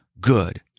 good